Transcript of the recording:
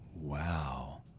Wow